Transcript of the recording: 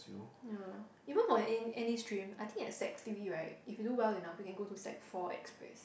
ya even for N N_A stream I think at sec three right if you do well enough and you can go to sec four express